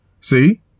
See